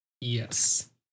yes